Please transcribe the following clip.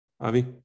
Avi